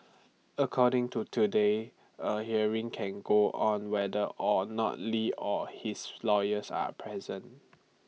according to today A hearing can go on whether or not li or his lawyers are present